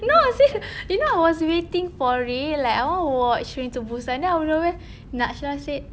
no sis you know I was waiting for it like I want to watch train to busan then out of nowhere najrah said